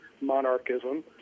monarchism